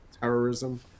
terrorism